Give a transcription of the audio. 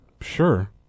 Sure